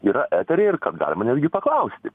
yra eteryje ir kad galima netgi paklausti